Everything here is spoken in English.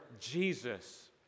Jesus